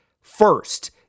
First